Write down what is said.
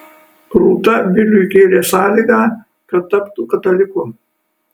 rūta viliui kėlė sąlygą kad taptų kataliku